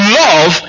love